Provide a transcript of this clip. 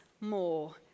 more